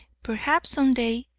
perhaps some day,